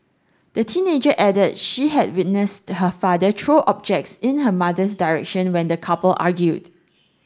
the teenager added she had witnessed her father throw objects in her mother's direction when the couple argued